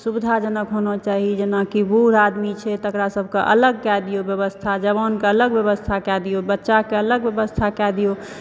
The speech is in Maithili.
सुविधाजनक होना चाही जेनाकि बूढ़ आदमी छै तकरासभके अलग कैदियौ व्यवस्था आ जावानके व्यवस्था अलग कैदियौ बच्चाके अलगके व्यवस्था कैदियौ